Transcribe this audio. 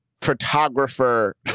photographer